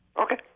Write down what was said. Okay